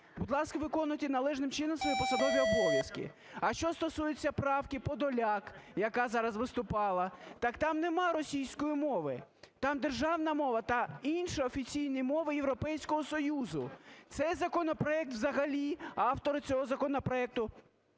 Будь ласка, виконуйте належним чином свої посадові обов'язки. А що стосується правки Подоляк, яка зараз виступала, так там нема російської мови. Там державна мова та інші офіційні Європейського Союзу. Цей законопроект взагалі… Автори цього законопроекту